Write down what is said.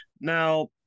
Now